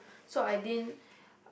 so I didn't